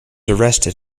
arrested